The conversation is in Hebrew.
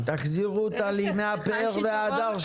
תחזירו אותה לימי הפאר וההדר שלה.